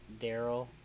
Daryl